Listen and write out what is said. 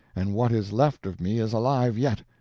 and what is left of me is alive yet.